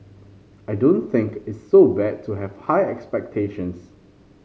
I don't think it's so bad to have high expectations